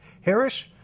Harris